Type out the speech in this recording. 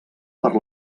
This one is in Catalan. per